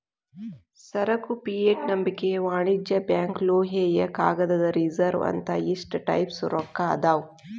ಸರಕು ಫಿಯೆಟ್ ನಂಬಿಕೆಯ ವಾಣಿಜ್ಯ ಬ್ಯಾಂಕ್ ಲೋಹೇಯ ಕಾಗದದ ರಿಸರ್ವ್ ಅಂತ ಇಷ್ಟ ಟೈಪ್ಸ್ ರೊಕ್ಕಾ ಅದಾವ್